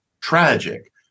tragic